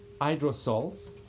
hydrosols